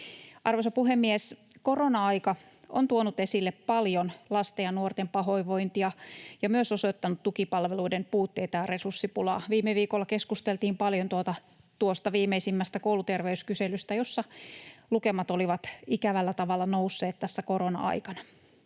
Arvoisa puhemies! Korona-aika on tuonut esille paljon lasten ja nuorten pahoinvointia ja myös osoittanut tukipalveluiden puutteita ja resurssipulaa. Viime viikolla keskusteltiin paljon tuosta viimeisimmästä kouluterveyskyselystä, jossa lukemat olivat ikävällä tavalla nousseet korona-aikana.